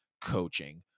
coaching